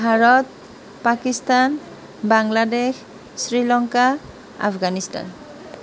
Bharat Pakistan Bangladesh Sri Lanka Afghanistan